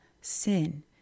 sin